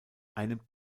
einem